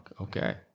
Okay